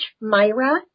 Myra